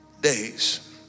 days